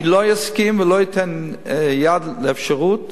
אני לא אסכים ולא אתן יד לאפשרות